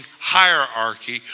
hierarchy